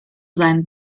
seinen